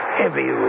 heavy